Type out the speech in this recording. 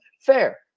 Fair